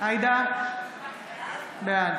בעד